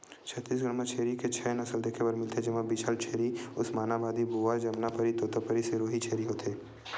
छत्तीसगढ़ म छेरी के छै नसल देखे बर मिलथे, जेमा बीटलछेरी, उस्मानाबादी, बोअर, जमनापारी, तोतपारी, सिरोही छेरी